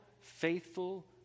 faithful